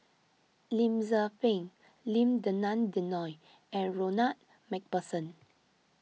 Lim Tze Peng Lim Denan Denon and Ronald MacPherson